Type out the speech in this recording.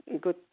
good